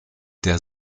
der